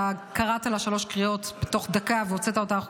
אתה קראת שלוש קריאות בתוך דקה,